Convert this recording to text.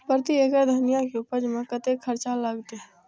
प्रति एकड़ धनिया के उपज में कतेक खर्चा लगते?